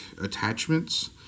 attachments